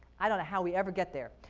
i don't know how we ever get there,